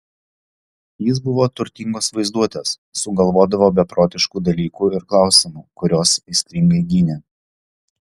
jis buvo turtingos vaizduotės sugalvodavo beprotiškų dalykų ir klausimų kuriuos aistringai gynė